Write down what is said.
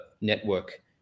network